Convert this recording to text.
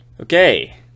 Okay